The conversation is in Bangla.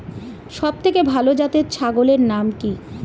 সবথেকে ভালো জাতের ছাগলের নাম কি?